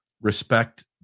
respect